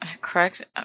correct